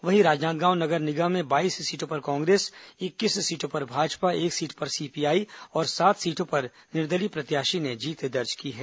वहीं राजनांदगांव नगर निगम में बाईस सीटों पर कांग्रेस इक्कीस सीटों पर भाजपा एक सीट पर सीपीआई और सात सीटों पर निर्दलीय प्रत्याशी ने जीत दर्ज की है